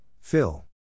Phil